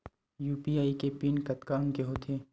UPI के pin कतका अंक के होथे?